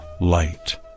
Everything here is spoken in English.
light